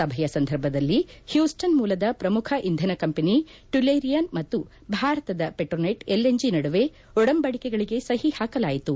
ಸಭೆಯ ಸಂದರ್ಭದಲ್ಲಿ ಹೊಸ್ಸನ್ ಮೂಲದ ಪ್ರಮುಖ ಇಂಧನ ಕಂಪನಿ ಟುಲ್ಲೆರಿಯನ್ ಮತ್ತು ಭಾರತದ ಪೆಟ್ರೋನೆಟ್ ಎಲ್ಎನ್ಜಿ ನಡುವೆ ಒಡಂಬಡಿಕೆಗಳಿಗೆ ಸಹಿ ಹಾಕಲಾಯಿತು